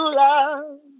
love